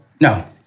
No